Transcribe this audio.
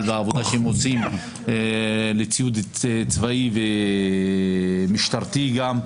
והעבודה שהם עושים לציוד צבאי ומשטרתי גם,